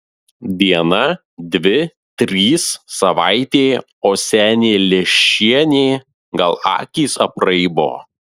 diena dvi trys savaitė o senė leščienė gal akys apraibo